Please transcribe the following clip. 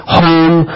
home